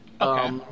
Okay